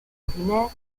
vétérinaire